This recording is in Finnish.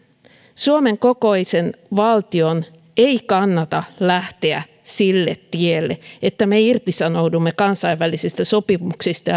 suomen kokoisen valtion ei kannata lähteä sille tielle että me irtisanoudumme kansainvälisistä sopimuksista